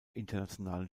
internationalen